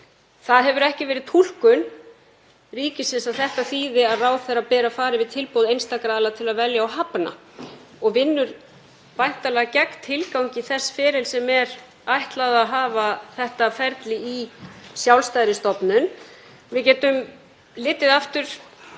Það hefur ekki verið túlkun ríkisins að þetta þýði að ráðherra beri að fara yfir tilboð einstakra aðila til að velja og hafna og vinnur væntanlega gegn tilgangi þess ferlis sem er ætlað að hafa ferlið í sjálfstæðri stofnun. Við getum litið aftur